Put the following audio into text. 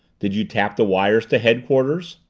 did you tap the wires to headquarters?